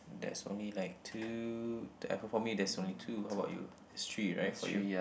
there's only like two for for me there's only two how about you it's three right for you